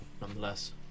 nonetheless